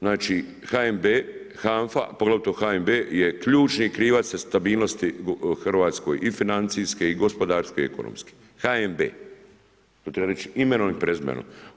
Znači HNB, HANFA a poglavito HNB je ključni krivac stabilnosti Hrvatskoj i financijske i gospodarske i ekonomske, HNB, to treba reći imenom i prezimenom.